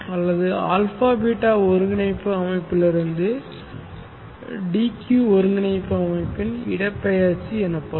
அல்லது α β ஒருங்கிணைப்பு அமைப்பிலிருந்து d q ஒருங்கிணைப்பு அமைப்பின் இடப்பெயர்ச்சி எனப்படும்